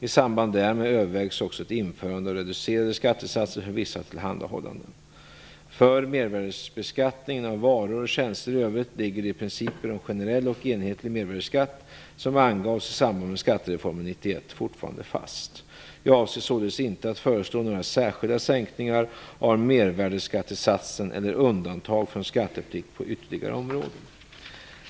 I samband därmed övervägs också ett införande av reducerade skattesatser för vissa tillhandahållanden. För mervärdesbeskattningen av varor och tjänster i övrigt ligger de principer om generell och enhetlig mervärdesskatt som angavs i samband med skattereformen 1991 fortfarande fast. Jag avser således inte att föreslå några särskilda sänkningar av mervärdesskattesatsen eller undantag från skatteplikt på ytterligare områden.